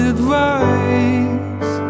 Advice